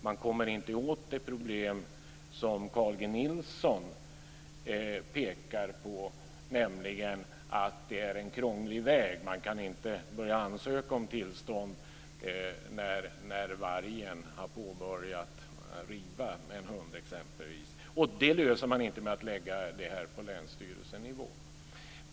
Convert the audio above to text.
Då kommer man inte åt det problem som Carl G Nilsson pekar på, nämligen att det är en krånglig väg. Man kan inte ansöka om tillstånd när en varg har börjat riva en hund exempelvis. Det problemet löser man inte genom att lägga besluten på länsstyrelsenivå.